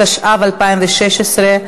התשע"ו 2016,